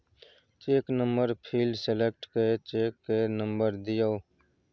cheque number field select कए cheque केर number दियौ